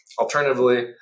Alternatively